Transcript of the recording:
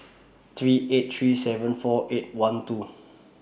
three eight three seven four eight one two